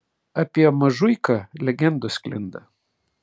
apie mažuiką legendos sklinda